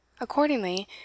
Accordingly